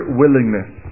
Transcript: willingness